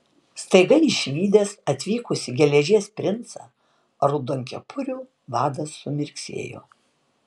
staiga išvydęs atvykusį geležies princą raudonkepurių vadas sumirksėjo